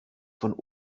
von